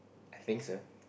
think so